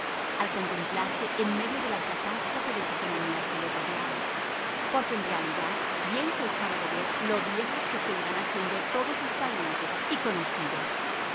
al contemplarse en medio de la catástrofe de fisonomías que le rodeaba porque en realidad bien se echaba de ver lo viejos que se iban haciendo todos sus parientes y conocidos